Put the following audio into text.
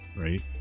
right